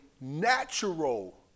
natural